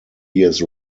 years